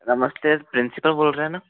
नमस्ते प्रिंसिपल बोल रहे है ना